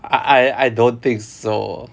I I don't think so